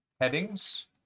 headings